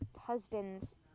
husband's